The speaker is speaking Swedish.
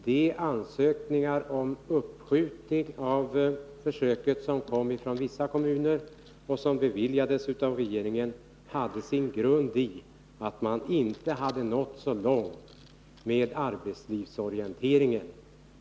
De ansökningar om ett uppskjutande av försöket som kom från vissa kommuner och som beviljades av regeringen hade sin grund i att man inte hade nått så långt med arbetslivsorienteringen.